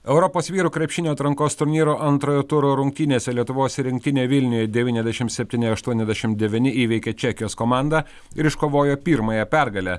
europos vyrų krepšinio atrankos turnyro antrojo turo rungtynėse lietuvos rinktinė vilniuje devyniasdešim septyni aštuoniasdešim devyni įveikė čekijos komandą ir iškovojo pirmąją pergalę